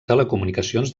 telecomunicacions